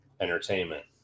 entertainment